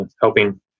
helping